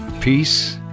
peace